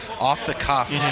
off-the-cuff